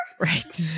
Right